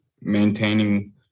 maintaining